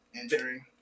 injury